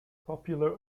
popular